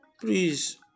Please